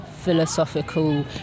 philosophical